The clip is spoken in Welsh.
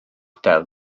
del